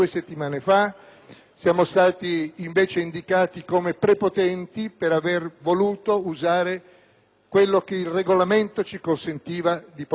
siamo stati, invece, indicati come prepotenti per aver voluto usare gli strumenti che il Regolamento ci consentiva di usare.